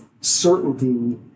certainty